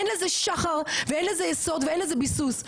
אין לזה שחר ואין לזה יסוד ואין לזה ביסוס.